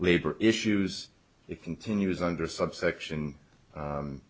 labor issues it continues under subsection